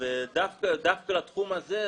דווקא בתחום הזה,